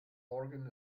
organ